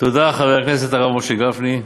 תודה, חבר הכנסת הרב משה גפני,